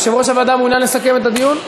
יושב-ראש הוועדה מעוניין לסכם את הדיון?